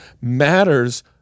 matters